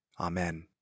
Amen